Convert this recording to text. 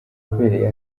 wabereye